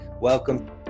welcome